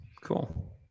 cool